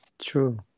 true